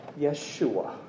Yeshua